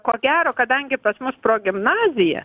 ko gero kadangi pas mus progimnazija